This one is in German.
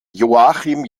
joachim